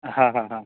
હા હા હા